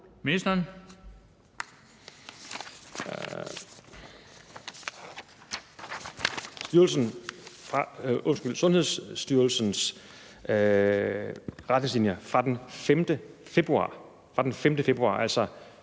Sundhedsstyrelsens retningslinjer fra den 5. februar, altså